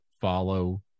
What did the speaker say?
follow